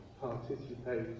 participate